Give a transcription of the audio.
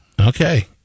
Okay